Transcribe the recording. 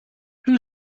who